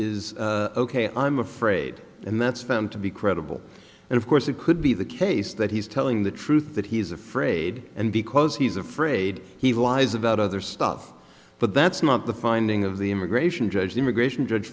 is ok i'm afraid and that's found to be credible and of course it could be the case that he's telling the truth that he's afraid and because he's afraid he lies about other stuff but that's not the finding of the immigration judge the immigration judge